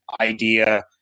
idea